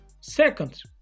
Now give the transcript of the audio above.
Second